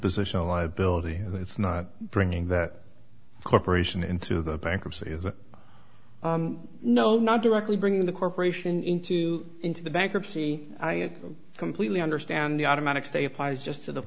position a liability it's not bringing that corporation into the bankruptcy is a no not directly bring the corporation into into the bankruptcy i completely understand the automatic stay applies just to the